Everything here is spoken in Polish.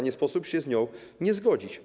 Nie sposób się z nią nie zgodzić.